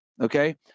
Okay